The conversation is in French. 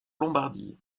lombardie